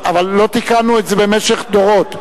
אבל לא תיקַנו את זה במשך דורות.